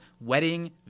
Wedding